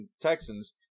Texans